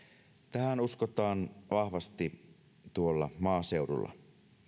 tähän uskotaan vahvasti tuolla maaseudulla